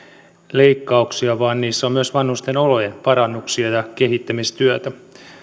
leikkauksia vaan niissä on myös vanhusten olojen parannuksia ja kehittämistyötä